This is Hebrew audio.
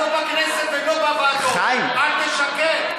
אתה לא בכנסת ולא בוועדות, אל תשקר.